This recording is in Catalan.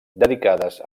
dedicades